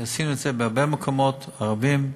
עשינו את זה בהרבה מקומות ערביים,